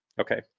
Okay